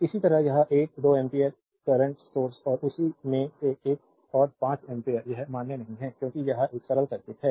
इसी तरह यह 1 2 एम्पीयर कर्रेंटस सोर्स और उसी में एक और 5 एम्पीयर यह मान्य नहीं है क्योंकि यह एक सरल सर्किट है